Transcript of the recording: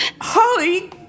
Holly